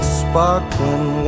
sparkling